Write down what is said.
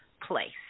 place